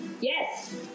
Yes